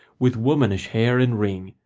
with womanish hair and ring,